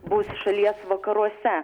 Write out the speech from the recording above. bus šalies vakaruose